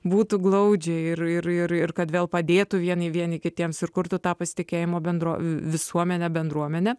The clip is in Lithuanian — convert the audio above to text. būtų glaudžiai ir ir ir kad vėl padėtų vieni vieni kitiems ir kurtų tą pasitikėjimo bendro visuomenę bendruomenę